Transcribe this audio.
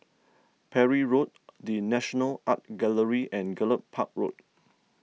Parry Road the National Art Gallery and Gallop Park Road